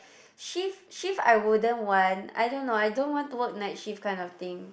shift shift I wouldn't want I don't know I don't want to work night shift kind of thing